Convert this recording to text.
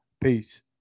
Peace